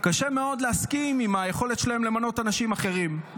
קשה מאוד להסכים עם היכולת שלהם למנות אנשים אחרים.